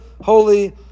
holy